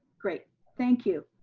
great. thank you.